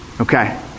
Okay